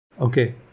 Okay